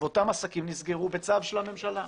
אותם עסקים נסגרו בצו של הממשלה.